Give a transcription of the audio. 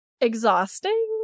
exhausting